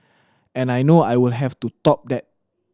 and I know I will have to top that